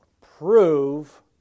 Prove